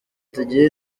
tugire